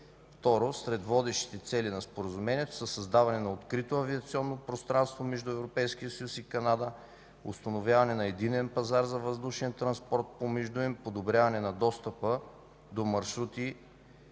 ІІ. Сред водещите цели на Споразумението са създаването на открито авиационно пространство между Европейския съюз и Канада; установяването на единен пазар за въздушен транспорт помежду им; подобряване на достъпа до маршрути